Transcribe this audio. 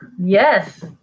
Yes